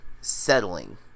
settling